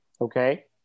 Okay